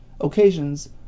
occasions